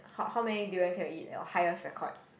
how how many durian can you eat at your highest record